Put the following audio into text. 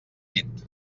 nit